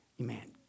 amen